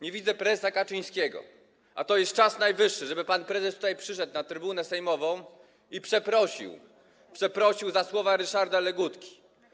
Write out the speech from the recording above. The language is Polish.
Nie widzę prezesa Kaczyńskiego, a to jest czas najwyższy, żeby pan prezes przyszedł na trybunę sejmową i przeprosił, przeprosił za słowa Ryszarda Legutki.